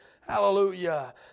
Hallelujah